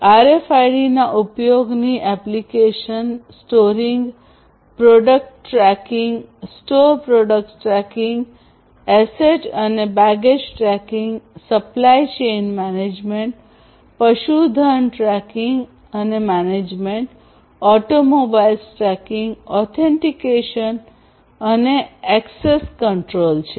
આરએફઆઈડીના ઉપયોગની application storing product tracking store product tracking asset અને baggage tracking supply chain management પશુધન tracking અને management automobile tracking authentication અને access control છે